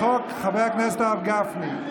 החוק של חבר הכנסת הרב גפני,